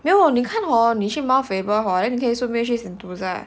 没有你看 hor 你去 mount faber hor then 你可以顺便去 sentosa